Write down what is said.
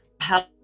help